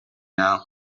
now